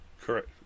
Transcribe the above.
correct